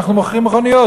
אנחנו מוכרים מכוניות.